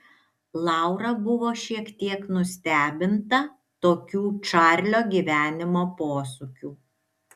laura buvo šiek tiek nustebinta tokių čarlio gyvenimo posūkių